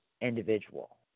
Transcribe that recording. individual